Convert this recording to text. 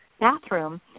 bathroom